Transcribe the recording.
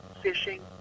fishing